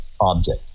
object